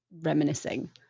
reminiscing